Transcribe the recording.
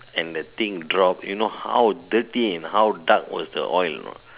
and the thing drop you know how dirty and how dark was the oil or not